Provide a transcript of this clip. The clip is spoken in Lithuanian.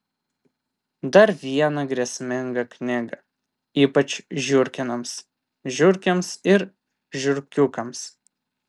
dar viena grėsminga knyga ypač žiurkėnams žiurkėms ir žiurkiukams